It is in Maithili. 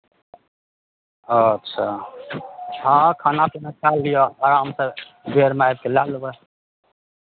अच्छा अच्छा खाना पीना खा लिअ आरामसँ बेरमे आबि कऽ लऽ लेबै